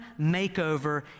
makeover